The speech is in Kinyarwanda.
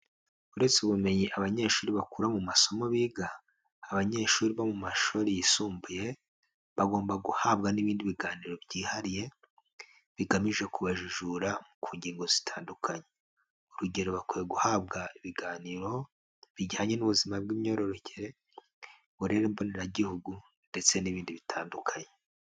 Uretse ubumenyi abanyeshuri bakura mu masomo biga, abanyeshuri bo mu mashuri yisumbuye, bagomba guhabwa n'ibindi biganiro byihariye, bigamije kubajijura ku ngingo zitandukanye, urugero bakwiye guhabwa ibiganiro bijyanye n'ubuzima bw'imyororokere, uburere mboneragihugu ndetse n'ibindi bitandukanye.